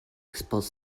expose